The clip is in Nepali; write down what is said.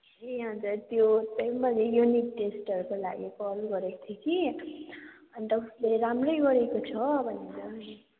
ए अनि त त्यो मैले युनिट टेस्टहरूको लागि कल गरेको थिएँ कि अनि त उसले राम्रै गरेको छ भनेर नि